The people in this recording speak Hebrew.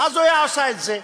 אז הוא היה עושה את זה.